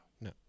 no